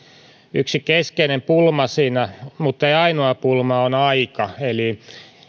yksi keskeinen pulma siinä muttei ainoa pulma on aika eli